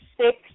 six